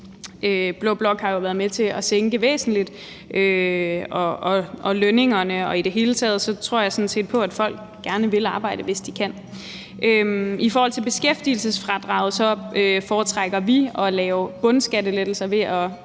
blå blok jo har været med til at sænke væsentligt, og lønningerne, og i det hele taget tror jeg sådan set på, at folk gerne vil arbejde, hvis de kan. I forhold til beskæftigelsesfradraget foretrækker vi at lave bundskattelettelser ved at